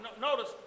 notice